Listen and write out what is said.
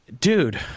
dude